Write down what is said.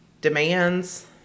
demands